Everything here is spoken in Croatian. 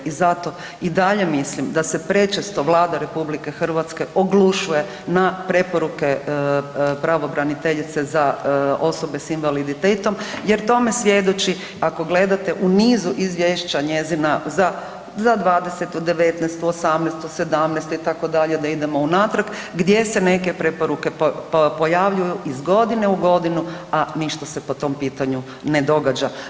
I zato i dalje mislim da se prečesto Vlada RH oglušuje na preporuke pravobraniteljice za osobe s invaliditetom jer tome svjedoči ako gledate u nizu izvješća njezina za '20., '19., '18., '17. itd. da idemo unatrag gdje se neke preporuke pojavljuju iz godine u godinu, a ništa se po tom pitanju ne događa.